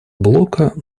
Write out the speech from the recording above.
блока